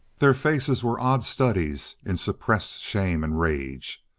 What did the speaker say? their faces were odd studies in suppressed shame and rage.